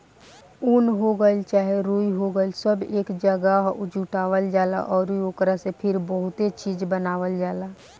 उन हो गइल चाहे रुई हो गइल सब एक जागह जुटावल जाला अउरी ओकरा से फिर बहुते चीज़ बनावल जाला